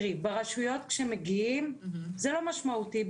ברשויות כשמגיעים זה לא משמעותי,